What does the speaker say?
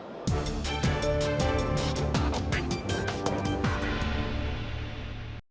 Дякую.